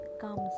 comes